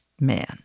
man